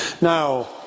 Now